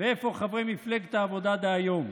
ואיפה חברי מפלגת העבודה דהיום?